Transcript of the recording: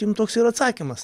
jum toks ir atsakymas